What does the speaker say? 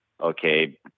okay